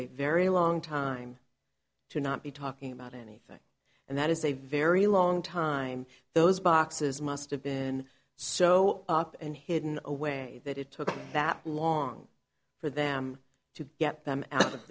a very long time to not be talking about anything and that is a very long time those boxes must have been so up and hidden away that it took that long for them to get them out of